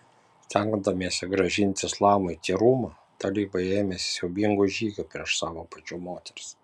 stengdamiesi grąžinti islamui tyrumą talibai ėmėsi siaubingų žygių prieš savo pačių moteris